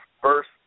first